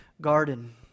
garden